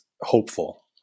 hopeful